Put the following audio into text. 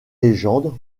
légendes